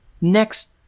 Next